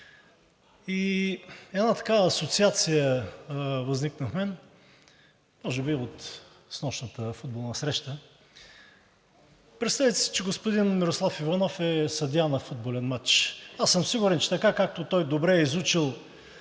и една такава асоциация възникна в мен може би от снощната футболна среща. Представете си, че господин Мирослав Иванов е съдия на футболен мач. Аз съм сигурен, че така както той добре е изучил